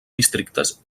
districtes